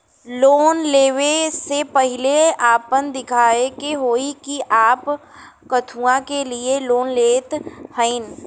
Loan ले वे से पहिले आपन दिखावे के होई कि आप कथुआ के लिए लोन लेत हईन?